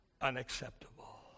unacceptable